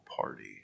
party